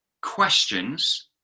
questions